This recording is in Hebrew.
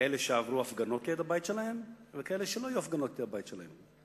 כאלה שעברו הפגנות ליד הבית שלהם וכאלה שלא היו הפגנות ליד הבית שלהם.